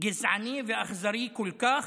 גזעני ואכזרי כל כך,